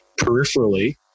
peripherally